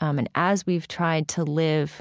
um and as we've tried to live